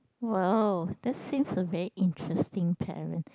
!wow! that seems a very interesting parent